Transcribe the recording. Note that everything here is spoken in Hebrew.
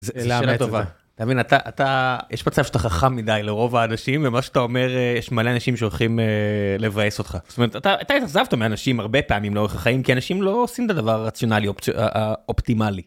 אתה מבין? אתה, אתה, יש מצב שאתה חכם מדי לרוב האנשים ומה שאתה אומר יש מלא אנשים שהולכים לבאס אותך.זאת אומרת, אתה אכזבת מהאנשים הרבה פעמים לאורך החיים כי אנשים לא עושים את הדבר הרציונלי אופטימלי.